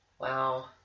wow